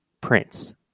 Prince